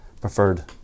preferred